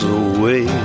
away